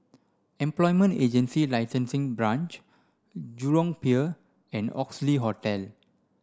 Employment Agency Licensing Branch Jurong Pier and Oxley Hotel